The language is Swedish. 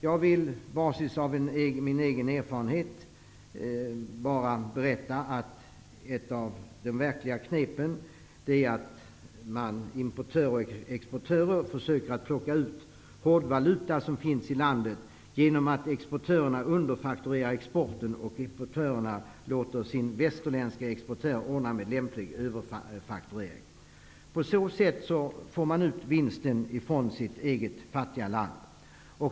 Jag vill på basis av egen erfarenhet bara berätta att ett av de verkliga knepen är att importörer och exportörer försöker att plocka ut den hårdvaluta som finns i landet, genom att exportörerna underfakturerar exporten och importörerna låter sin västerländske exportör ordna med lämplig överfakturering. På så sätt får man ut vinsten från sitt eget fattiga land.